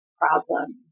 problems